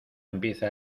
empieza